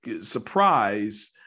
surprise